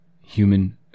human